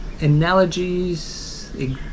analogies